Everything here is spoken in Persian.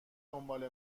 دنبال